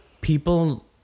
people